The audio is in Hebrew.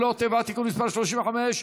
להשגת יעדי התקציב) (תיקון מס' 17),